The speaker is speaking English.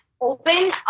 open